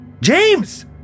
James